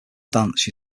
dance